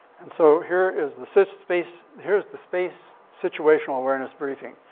and so here is the sis space here is the space situational awareness briefing.